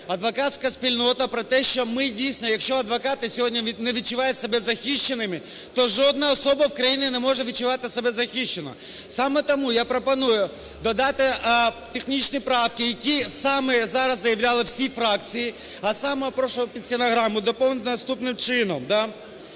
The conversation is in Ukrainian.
адвокатська спільнота про те, що ми дійсно, якщо адвокати сьогодні не відчувають себе захищеними, то жодна особа в країні не може відчувати себе захищеною. Саме тому я пропоную додати технічні правки, які саме зараз заявляли всі фракції, а саме прошу під стенограму доповнити наступним чином.